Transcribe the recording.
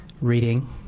reading